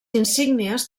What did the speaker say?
insígnies